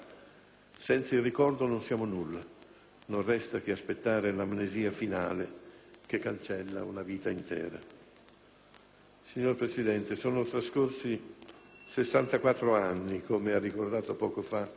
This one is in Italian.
«Senza il ricordo non siamo nulla, non resta che aspettare l'amnesia finale, che cancella una vita intera». Signora Presidente, sono trascorsi sessantaquattro anni, come ha ricordato poco fa